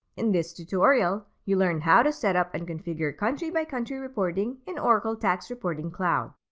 in this tutorial, you learned how to set up and configure country by country reporting in oracle tax reporting cloud.